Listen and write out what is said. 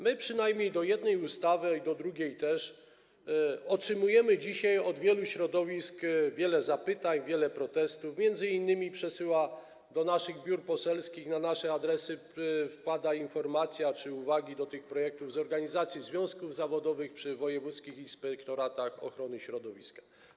My przynajmniej co do jednej ustawy i co do drugiej też otrzymujemy dzisiaj od wielu środowisk wiele zapytań, wiele protestów, m.in. przesyłane są do naszych biur poselskich, na nasze adresy, informacja czy uwagi do tych projektów z organizacji związków zawodowych przy wojewódzkich inspektoratach ochrony środowiska.